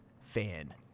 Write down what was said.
fan